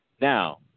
now